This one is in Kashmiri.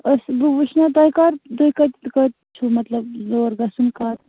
أسۍ بہٕ وُچھمو تُہۍ کَر تُہۍ کَر کر چھِو مَطلَب یور گَژھُن کَر